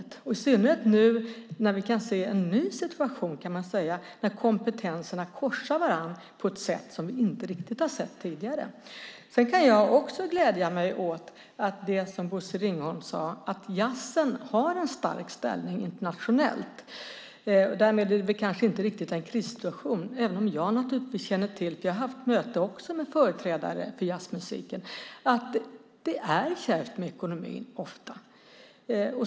Det gäller i synnerhet nu när vi kan se en ny situation där kompetenserna korsar varandra på ett sätt som vi inte riktigt har sett tidigare. Jag kan också glädja mig åt det som Bosse Ringholm sade, nämligen att jazzen har en stark ställning internationellt. Därmed är det kanske inte riktigt en krissituation, även om jag naturligtvis känner till - jag har också haft möten med företrädare för jazzmusiken - att det ofta är kärvt med ekonomin.